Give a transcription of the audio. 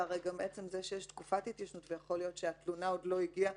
והרי עצם זה שיש תקופת התיישנות ויכול להיות שהתלונה עוד לא הגיעה